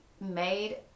made